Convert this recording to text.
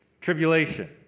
tribulation